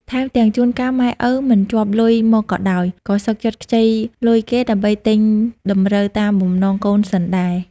ថែមទាំងជួនកាលម៉ែឪមិនជាប់លុយមកក៏ដោយ ក៏សុខចិត្តខ្ចីលុយគេដើម្បីទិញតម្រូវតាមបំណងកូនសិនដែរ ។